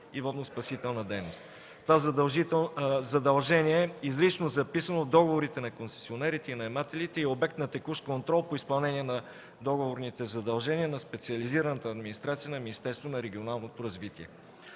и водноспасителна дейност. Това задължение е изрично разписано в договорите на концесионерите и наемателите и е обект на текущ контрол по изпълнение на договорните задължения на специализираната администрация на Министерството на регионалното развитие.